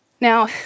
Now